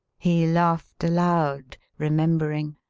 he laughed aloud, remembering,